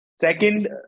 second